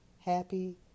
happy